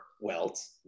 wealth